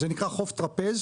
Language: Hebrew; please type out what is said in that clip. זה נקרא חוף טרפז,